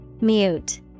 Mute